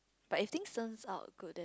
but if things turn out good